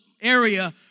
area